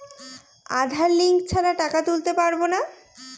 আধার link ছাড়া টাকা তুলতে পারব না?